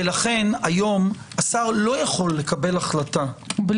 ולכן היום השר לא יכול לקבל החלטה על